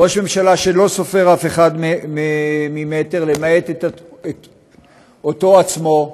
ראש ממשלה, שלא סופר אף אחד ממטר, למעט אותו עצמו.